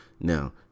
Now